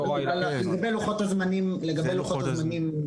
לגבי לוחות הזמנים,